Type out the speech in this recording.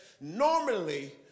Normally